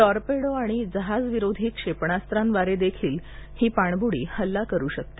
torpedo आणि जहाजविरोधी क्षेपणास्वांद्वार देखील ही पाणबुडी हल्ला करु शकते